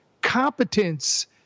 competence